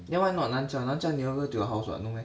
then why not 南侨南侨 nearer to your house [what] not meh